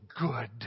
good